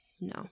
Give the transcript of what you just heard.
No